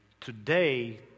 today